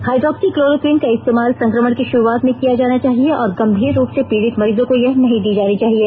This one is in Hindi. हाइड्रोक्सी क्लोरोक्वीन का इस्तेमाल संक्रमण की शुरूआत में किया जाना चाहिए और गंभीर रूप से पीडित मरीजों को यह नहीं दी जानी चाहिए